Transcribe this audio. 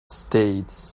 states